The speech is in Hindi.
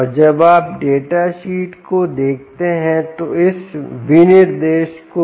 और जब आप डेटा शीट data sheetsको देखते हैं तो इस विनिर्देश को भी देखा जा सकता है